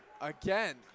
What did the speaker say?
again